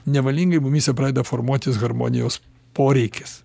nevalingai mumyse pradeda formuotis harmonijos poreikis